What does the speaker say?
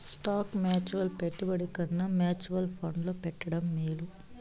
stock mutual పెట్టుబడి కన్నా mutual ఫండ్లో పెట్టడం మేలు